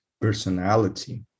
personality